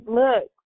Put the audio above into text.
look